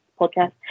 podcast